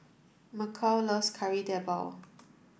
Mykel loves Kari Debal